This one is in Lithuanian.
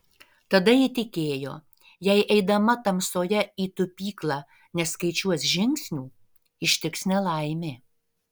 tada ji tikėjo jei eidama tamsoje į tupyklą neskaičiuos žingsnių ištiks nelaimė